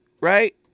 Right